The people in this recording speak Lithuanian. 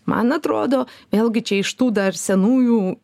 man atrodo vėlgi čia iš tų dar senųjų